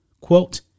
quote